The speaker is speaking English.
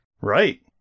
Right